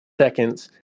seconds